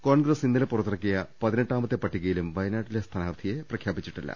കോൺഗ്രസ് ഇന്നലെ പുറത്തിറക്കിയ പതിനെട്ടാമത്തെ പട്ടികയിലും വയനാട്ടിലെ സ്ഥാനാർത്ഥിയെ പ്രഖ്യാപിച്ചില്ല